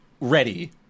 ready